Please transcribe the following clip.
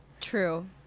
True